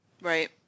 Right